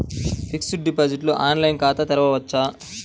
Fixed deposit online ఖాతా తెరువవచ్చా?